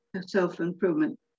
self-improvement